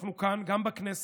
אנחנו כאן גם בכנסת,